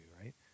right